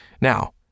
Now